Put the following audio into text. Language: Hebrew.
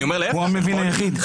הוא המבין היחיד.